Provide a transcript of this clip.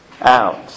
out